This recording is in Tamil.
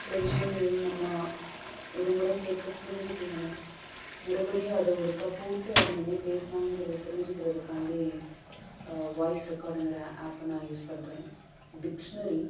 சில விஷயங்கள் நம்ம ஒரு முறை கேட்க புரிஞ்சுக்கலன்னா மறுபடியும் அதை ஒருக்கா போட்டு அவங்க என்ன பேசுனாங்கங்கறத தெரிஞ்சுக்கறதுக்காண்டி வாய்ஸ் ரெக்கார்டுங்கிற ஆப்பை நான் யூஸ் பண்ணுறேன் டிக்ஸ்னரி